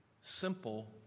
simple